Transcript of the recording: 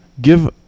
give